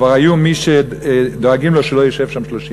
כבר היו מי שדואגים לו שלא ישב שם 30 שנה.